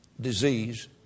disease